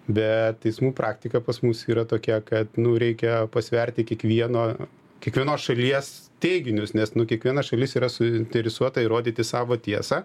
bet teismų praktika pas mus yra tokia kad nu reikia pasverti kiekvieno kiekvienos šalies teiginius nes nu kiekviena šalis yra suinteresuota įrodyti savo tiesą